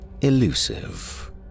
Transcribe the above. elusive